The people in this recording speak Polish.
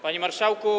Panie Marszałku!